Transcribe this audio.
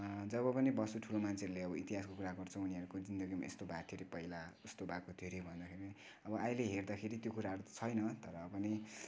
जब पनि बस्छु ठुलो मान्छेहरूले अब इतिहासको कुरा गर्छ यहाँको जीन्दगीमा यस्तो भएको थियो अरे पहिला उस्तो भएको थियो अरे भन्दाखेरि अब अहिले हेर्दाखेरि त्यो कुराहरू छैन तर पनि